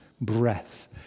breath